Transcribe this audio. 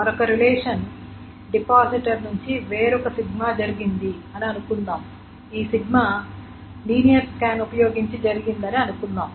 మరొక relation depositor నుండి వేరొక సిగ్మా జరిగింది అని అనుకుందాం ఈ సిగ్మా లినియర్ స్కాన్ ఉపయోగించి జరిగిందని అనుకుందాం